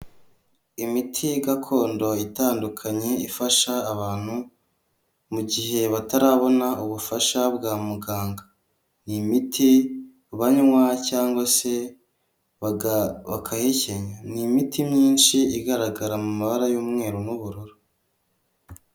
Imiti gakondo itandukanye ifasha abantu, mu gihe batarabona ubufasha bwa muganga, ni imiti banywa cyangwa se bakahekenya, ni imiti myinshi igaragara mu mabara y'umweru n'ubururu.